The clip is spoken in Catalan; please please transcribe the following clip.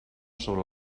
sobre